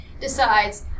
decides